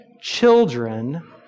children